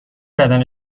بدن